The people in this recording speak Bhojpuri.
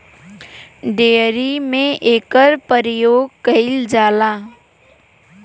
डेयरी में एकर परियोग कईल जाला